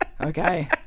Okay